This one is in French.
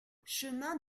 chemin